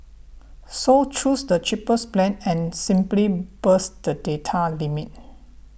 so choose the cheapest plan and simply bust the data limit